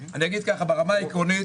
ברמה העקרונית,